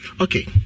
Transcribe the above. Okay